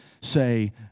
say